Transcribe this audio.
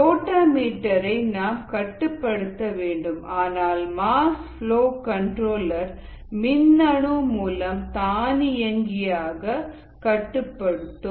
ரோட்டா மீட்டரை நாம் கட்டுப்படுத்த வேண்டும் ஆனால்மாஸ் ஃப்லோ கண்ட்ரோலர் மின்னணு மூலம் தானியங்கியாக கட்டுப்படுத்தும்